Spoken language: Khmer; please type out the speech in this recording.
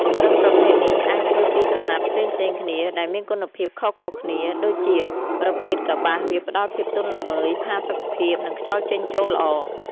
អង្រឹងប្រភេទនេះ អាចធ្វើពីក្រណាត់ផ្សេងៗគ្នា ដែលមានគុណភាពខុសៗគ្នា ដូចជា ប្រភេទកប្បាសវាផ្ដល់ភាពទន់ល្មើយ ផាសុកភាព និងខ្យល់ចេញចូលល្អ។